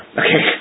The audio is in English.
okay